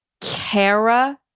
Kara